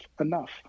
enough